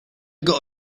got